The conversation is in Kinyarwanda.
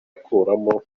akuramo